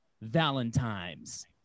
Valentine's